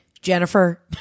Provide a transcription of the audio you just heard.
Jennifer